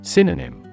Synonym